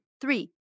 three